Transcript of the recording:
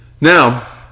Now